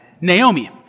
Naomi